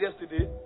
yesterday